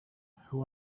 who